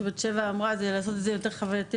בת שבע אמרה לעשות את זה חוויתי יותר,